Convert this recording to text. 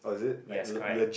yes correct